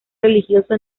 religioso